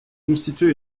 constituer